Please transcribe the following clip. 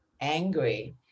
angry